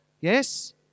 Yes